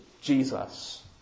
Jesus